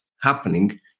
happening